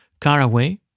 caraway